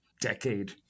decade